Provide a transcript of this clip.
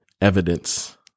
evidence